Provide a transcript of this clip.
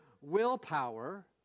willpower